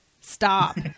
Stop